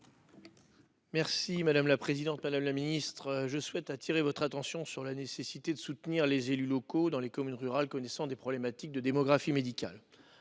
et de la prévention. Madame la ministre, je souhaite appeler votre attention sur la nécessité de soutenir les élus locaux dans les communes rurales confrontées à des problématiques de démographie médicale.